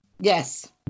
Yes